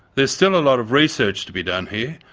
there's still a lot of research to be done here,